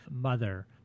mother